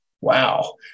Wow